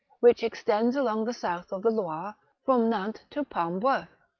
which extends along the south of the loire from nantes to paimboeuf,